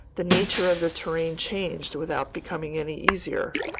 the nature of the terrain changed without becoming any easier.